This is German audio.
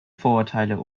vorurteile